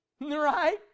Right